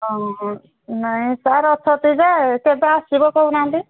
ହ ନାଇଁ ସାର୍ ଅଛନ୍ତି ଯେ କେବେ ଆସିବ କହୁନାହାନ୍ତି